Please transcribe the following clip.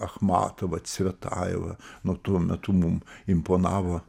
achmatova cvetajeva nuo tuo metu mum imponavo